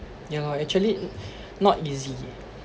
ya lor actually not easy